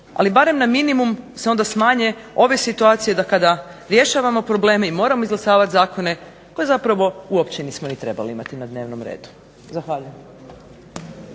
da barem na minimum se onda smanje ove situacije da kada rješavamo probleme i moramo izglasavat zakone koje zapravo uopće nismo ni trebali imati na dnevnom redu. Zahvaljujem.